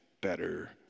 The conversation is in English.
better